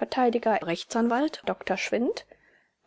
r a dr schwindt